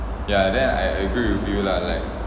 ya then I agree with you lah like